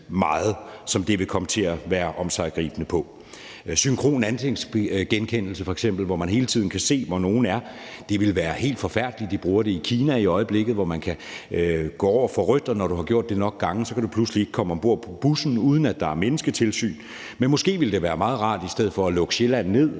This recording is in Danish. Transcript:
som det vil komme til at gribe ind i. Det handler om f.eks. om synkron ansigtsgenkendelse, hvor man hele tiden kan se, hvor nogen er, og det ville være helt forfærdeligt. De bruger det i Kina i øjeblikket, hvor man, når man går over for rødt og man har gjort det nok gange, lige pludselig ikke kan komme om bord på bussen, uden at der er mennesketilsyn. Men måske vil det være meget rart, at vi i stedet for at lukke Sjælland ned